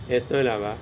ਇਸ ਤੋਂ ਇਲਾਵਾ